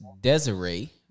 desiree